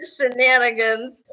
shenanigans